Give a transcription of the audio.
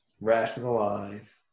rationalize